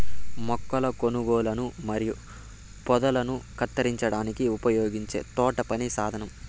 మొక్కల కొనలను మరియు పొదలను కత్తిరించడానికి ఉపయోగించే తోటపని సాధనం